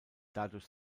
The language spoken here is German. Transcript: dadurch